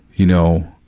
you know,